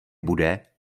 bude